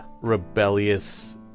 rebellious